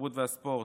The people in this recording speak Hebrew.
התרבות והספורט,